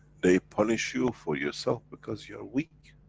they punish you for yourself, because you are weak.